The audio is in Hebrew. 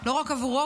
לא רק עבורו,